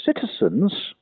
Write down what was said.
citizens